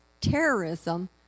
terrorism